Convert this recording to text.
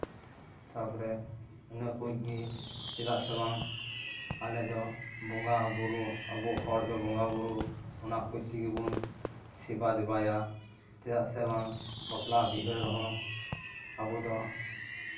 ᱛᱟᱨᱯᱚᱨᱮ ᱤᱱᱟᱹ ᱠᱩᱡ ᱜᱮ ᱪᱮᱫᱟᱜ ᱥᱮ ᱵᱟᱝ ᱟᱞᱮ ᱫᱚ ᱵᱚᱸᱜᱟ ᱵᱳᱨᱳ ᱟᱵᱚ ᱦᱚᱲ ᱫᱚ ᱵᱚᱸᱜᱟ ᱵᱳᱨᱳ ᱚᱱᱟ ᱠᱩᱡ ᱛᱮᱜᱮ ᱵᱚᱱ ᱥᱮᱵᱟ ᱫᱮᱵᱟᱭᱟ ᱪᱮᱫᱟᱜ ᱥᱮ ᱵᱟᱝ ᱵᱟᱯᱞᱟ ᱵᱤᱦᱟᱹ ᱨᱮᱦᱚᱸ ᱟᱵᱚ ᱫᱚ